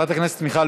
חברת הכנסת מיכל